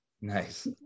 Nice